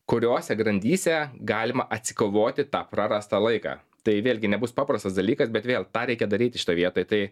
kuriose grandyse galima atsikovoti tą prarastą laiką tai vėlgi nebus paprastas dalykas bet vėl tą reikia daryti šitoj vietoj tai